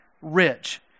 rich